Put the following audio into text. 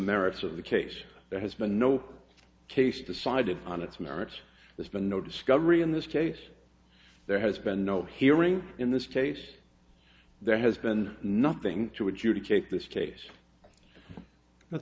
merits of the case that has been no case decided on its merits there's been no discovery in this case there has been no hearing in this case there has been nothing to adjudicate this case that